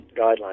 guidelines